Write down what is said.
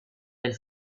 del